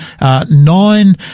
nine